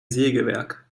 sägewerk